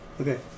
Okay